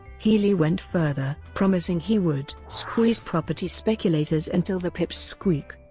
healey went further, promising he would squeeze property speculators until the pips squeak.